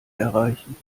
erreichen